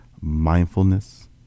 mindfulness